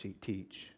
teach